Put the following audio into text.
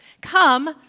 come